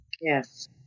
Yes